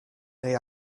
they